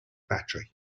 battery